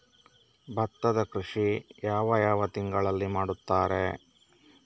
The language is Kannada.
ಭತ್ತದ ಕೃಷಿ ಯಾವ ಯಾವ ತಿಂಗಳಿನಲ್ಲಿ ಮಾಡುತ್ತಾರೆ?